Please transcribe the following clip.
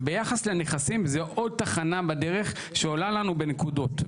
וביחס לנכסים זה עוד תחנה בדרך שעולה לנו בנקודות.